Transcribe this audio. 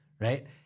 right